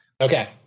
Okay